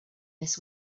this